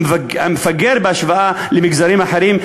המפגר בהשוואה למגזרים אחרים,